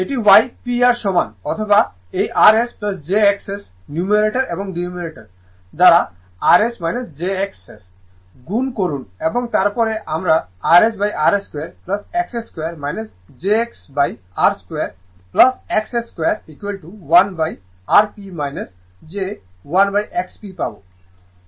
এটি Y P র সমান অথবা এই rs jXS নিউমারেটর এবং ডেনোমিনেটর দ্বারা rs jXS গুণ করুন এবং তারপরে আমরা rsrs 2 XS 2 jXSrs2 XS 2 1Rp j 1XP পাব